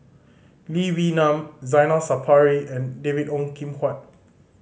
Lee Wee Nam Zainal Sapari and David Ong Kim Huat